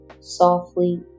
softly